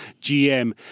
GM